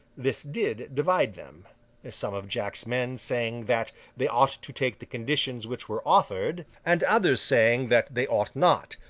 this did divide them some of jack's men saying that they ought to take the conditions which were offered, and others saying that they ought not,